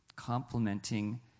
Complementing